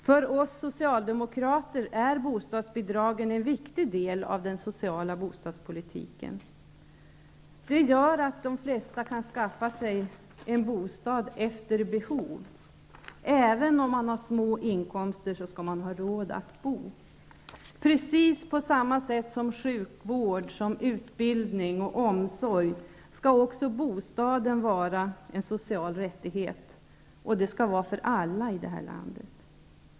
För oss socialdemokrater är bostadsbidragen en viktig del av den sociala bostadspolitiken. Det gör att de flesta kan skaffa sig en bostad efter behov. Även om man har små inkomster skall man ha råd att bo. Precis på samma sätt som sjukvård, utbildning och omsorg skall också bostaden vara en social rättighet -- för alla i det här landet.